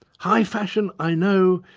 high fashion, i know,